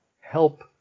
help